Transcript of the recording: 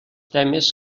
temes